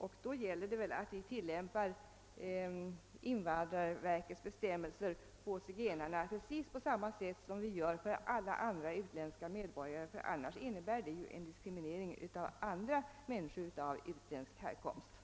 I så fall bör vi tillämpa invandrarverkets bestämmelser på samma sätt för zigenarna som för andra utländska medborgare, annars blir det en diskriminering av andra människor av utländsk härkomst.